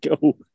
go